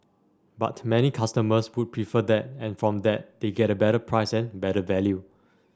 but many customers would prefer that and from that they get a better price and better value